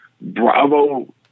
Bravo